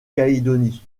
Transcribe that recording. calédonie